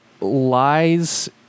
Lies